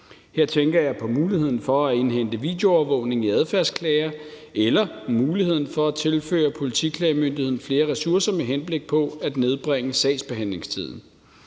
Her tænker jeg på muligheden for at indhente videoovervågning i adfærdsklager eller muligheden for at tilføre Politiklagemyndigheden flere ressourcer med henblik på at nedbringe sagsbehandlingstiden.